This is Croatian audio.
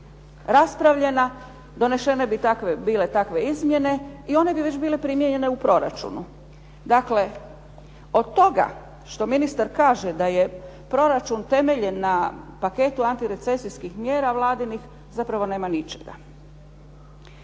raspravljena, donesene bi bile takve izmjene i one bi već bile primijenjene u proračunu. Dakle, od toga što ministar kaže da je proračun temeljena na paketu antirecesijskih mjera Vladinih, zapravo nema ničega.